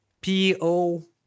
P-O